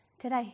today